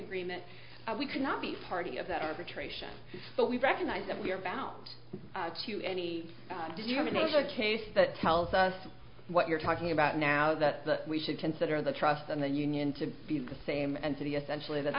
agreement we could not be party of that arbitration but we recognize that we are bound to any did you have a major case that tells us what you're talking about now that we should consider the trust in the union to be the same entity essentially that